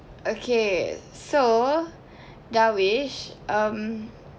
okay so darwish um